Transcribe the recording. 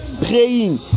praying